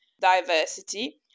diversity